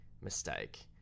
mistake